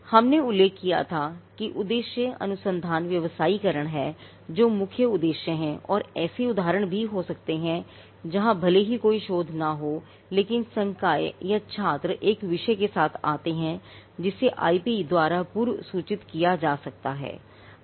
हमने उल्लेख किया था कि उद्देश्य अनुसंधान व्यावसायीकरण है जो कि मुख्य उद्देश्य है और ऐसे उदाहरण भी हो सकते हैं जहां भले ही कोई शोध न हो लेकिन संकाय या छात्र एक विषय के साथ आते हैं जिसे आईपी द्वारा पूर्वसूचित किया जा सकता है